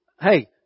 hey